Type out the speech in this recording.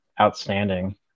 outstanding